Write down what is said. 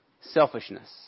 selfishness